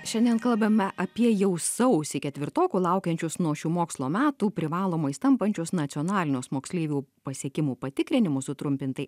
šiandien kalbame apie jau sausį ketvirtokų laukiančius nuo šių mokslo metų privalomais tampančius nacionalinius moksleivių pasiekimų patikrinimus sutrumpintai